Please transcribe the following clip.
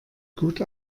gut